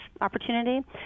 opportunity